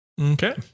Okay